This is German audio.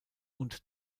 und